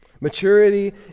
Maturity